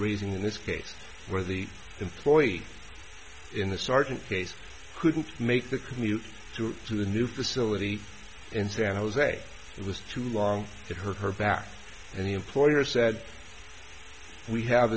raising in this case where the employee in the sergeant case couldn't make the commute to to the new facility in san jose it was too long to her her bath and the employer said we have